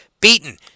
beaten